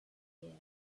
here